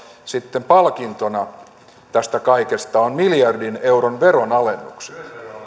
sitten palkintona tästä kaikesta on miljardin euron veronalennukset